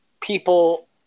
people